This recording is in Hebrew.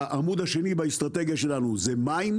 העמוד השני באסטרטגיה שלנו זה מים.